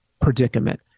predicament